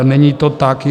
Není to tak.